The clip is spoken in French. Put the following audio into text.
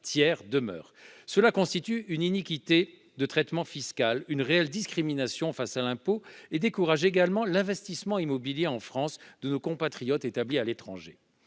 assujettissement constitue une iniquité de traitement fiscal, une réelle discrimination face à l'impôt ; en outre, il décourage l'investissement immobilier en France de nos compatriotes établis à l'étranger.